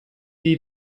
die